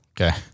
Okay